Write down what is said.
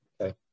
Okay